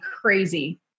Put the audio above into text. crazy